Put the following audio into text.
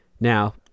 Now